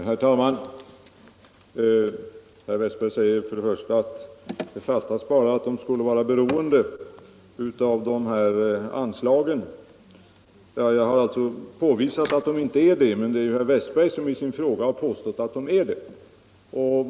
Herr talman! Herr Westberg i Ljusdal säger: fattas bara att forskarna skulle vara beroende av anslag från bryggerinäringen. Jag har alltså påvisat att de inte är det. Det är ju herr Westberg som i sin fråga påstått att 43 ningsinstitutets beroende av forskningsanslag från bryggeriindustrin de är det.